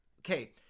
Okay